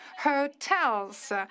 hotels